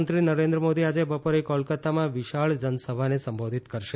પ્રધાનમંત્રી નરેન્દ્ર મોદી આજે બપોરે કોલકતામાં વિશાળ જનસભાને સંબોધિત કરશે